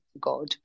God